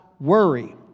worry